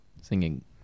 Singing